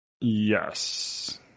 Yes